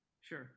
Sure